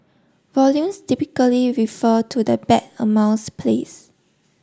volumes typically refer to the bet amounts place